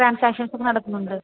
ട്രാൻസാക്ഷൻസൊക്കെ നടക്കുന്നുണ്ട്